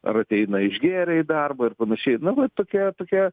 ar ateina išgėrę į darbą ir panašiai na va tokia tokia